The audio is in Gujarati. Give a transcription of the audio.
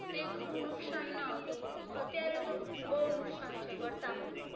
તે ઘણું નુકસાન ન હતું અત્યારે તો બહુ નુકસાન છે વર્તમાનમાં